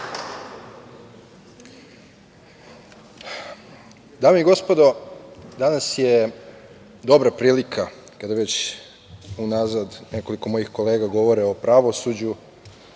Dame i gospodo, danas je dobra prilika, kada već unazad nekoliko mojih kolega govore o pravosuđu,